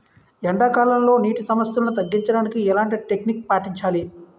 ఎండా కాలంలో, నీటి సమస్యలను తగ్గించడానికి ఎలాంటి టెక్నిక్ పాటించాలి?